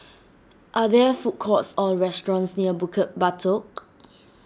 are there food courts or restaurants near Bukit Batok